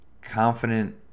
confident